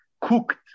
cooked